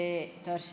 תואר שני,